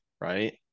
right